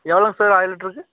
எவ்வளோ சார் ஆயிரம் லிட்ருக்கு